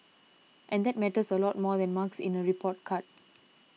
and that matters a lot more than marks in a report card